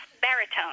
baritone